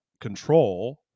control